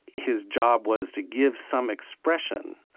his job was to give some expression